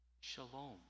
Shalom